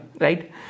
right